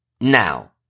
Now